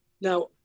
Now